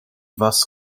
was